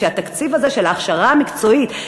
שהתקציב הזה של ההכשרה המקצועית,